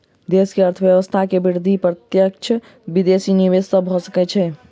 देश के अर्थव्यवस्था के वृद्धि प्रत्यक्ष विदेशी निवेश सॅ भ सकै छै